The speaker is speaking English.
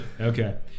Okay